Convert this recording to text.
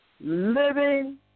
Living